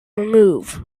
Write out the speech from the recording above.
remove